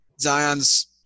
Zion's